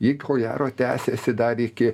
ji ko gero tęsėsi dar iki